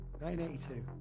1982